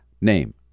name